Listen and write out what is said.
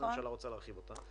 היום הממשלה רוצה להרחיב אותה.